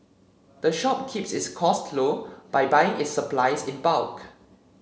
the shop keeps its costs low by buying its supplies in bulk